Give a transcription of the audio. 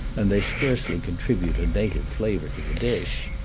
and they scarcely contribute a native flavor to the dish.